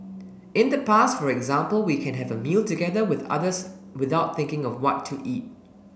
in the past for example we can have a meal together with others without thinking of what to eat